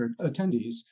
attendees